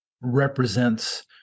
represents